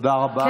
תודה רבה.